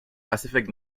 pacific